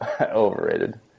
overrated